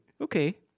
Okay